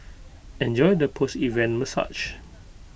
enjoy the post event massage